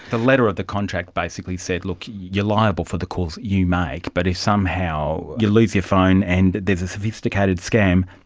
the letter of the contract basically said, look, you are liable for the calls you make, but if somehow you lose your phone and there's a sophisticated scam,